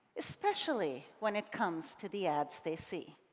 especially when it comes to the ads they see.